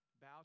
Bow